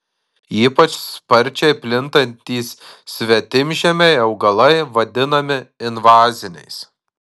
ypač sparčiai plintantys svetimžemiai augalai vadinami invaziniais